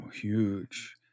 huge